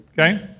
Okay